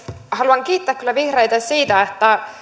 haluan kiittää kyllä vihreitä siitä että